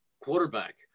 quarterback